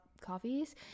coffees